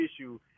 issue